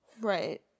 Right